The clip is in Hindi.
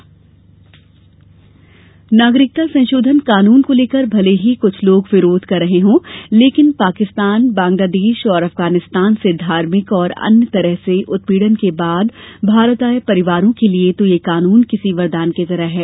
प्रतिक्रिया नागरिकता संशोधन कानून को लेकर भले ही कृछ लोग विरोध कर रहे हो लेकिन पाकिस्तान बंगलादेश और अफगानिस्तान से धार्मिक और अन्य तरह से उत्पीड़न के बाद भारत आये परिवारों के लिए तो यह कानुन किसी वरदान की तरह है